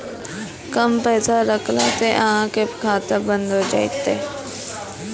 कम पैसा रखला से अहाँ के खाता बंद हो जैतै?